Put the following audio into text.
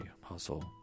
hustle